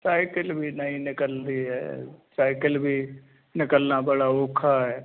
cycle ਵੀ ਨਹੀਂ ਨਿਕਲਦੀ ਹੈ ਸਾਈਕਲ ਵੀ ਨਿਕਲਨਾ ਬੜਾ ਔਖਾ ਐ